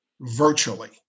virtually